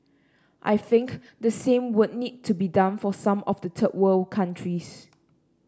I think the same would need to be done for some of the third world countries